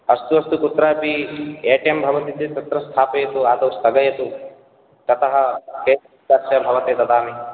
अस्तु अस्तु कुत्रापि ए टि एम् भवति चेत् तत्र स्थापयतु आदौ स्थगयतु ततः केश् निष्कास्य भवते ददामि